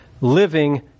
living